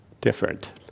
different